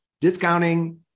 Discounting